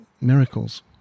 miracles